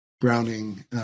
Browning